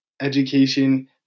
Education